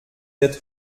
wird